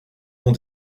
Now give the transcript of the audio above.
ont